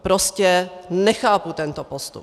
Prostě nechápu tento postup.